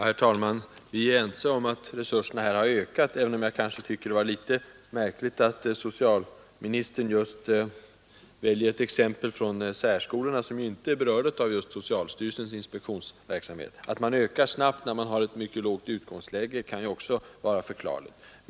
Herr talman! Vi är ense om att resurserna har ökat, även om jag tycker att det var litet märkligt att socialministern som exempel just valde särskolorna, som inte är berörda av socialstyrelsens inspektionsverksamhet. Det kan också vara förklarligt att en verksamhet ökat snabbt när den har ett mycket dåligt utgångsläge.